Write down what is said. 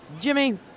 Jimmy